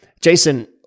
Jason